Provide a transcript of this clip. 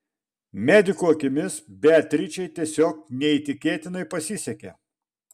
medikų akimis beatričei tiesiog neįtikėtinai pasisekė